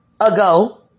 ago